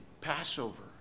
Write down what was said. Passover